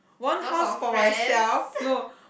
one for friends